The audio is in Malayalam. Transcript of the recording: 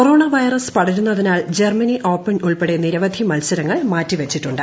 കോറോണ വൈറസ് പടരുന്നതിനാൽ ജർമ്മനി ഓപ്പൺ ഉൾപ്പെടെ നിരവധി മത്സരങ്ങൾ മാറ്റിവച്ചിട്ടുണ്ട്